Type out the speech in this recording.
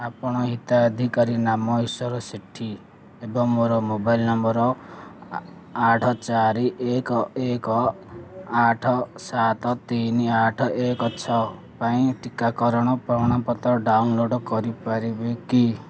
ଆପଣ ହିତାଧିକାରୀ ନାମ ଈଶ୍ୱର ସେଠୀ ଏବଂ ମୋବାଇଲ ନମ୍ବର ଆଠ ଚାରି ଏକ ଏକ ଆଠ ଏକ ସାତ ତିନି ଆଠ ଏକ ଛଅ ପାଇଁ ଟିକାକରଣର ପ୍ରମାଣପତ୍ର ଡାଉନଲୋଡ଼୍ କରିପାରିବେ କି